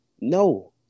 No